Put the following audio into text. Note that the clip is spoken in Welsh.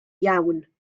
iawn